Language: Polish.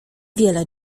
wiele